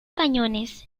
cañones